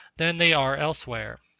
than they are elsewhere.